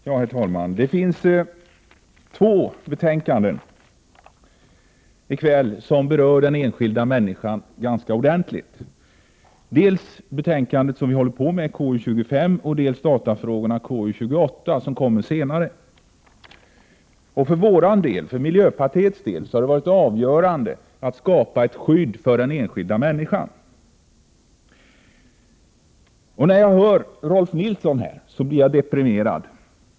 Herr talman! I kväll behandlas två betänkanden som ganska ordentligt berör den enskilda människan. Det är dels fråga om det betänkande vi nu behandlar, KU2S, dels betänkande KU28 om datafrågor som kommer att behandlas senare i dag. Det är för miljöpartiets del avgörande att det skapas ett skydd för den enskilda människan. När jag hör det som Rolf L Nilson säger blir jag deprimerad.